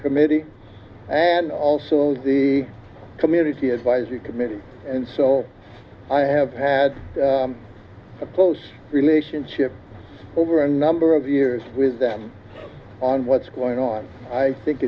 committee and also the community advisory committee and so i have had a post relationship over a number of years with them on what's going on i think